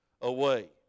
away